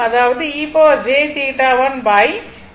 அதாவது e jθ1e jθ2 ஆகும்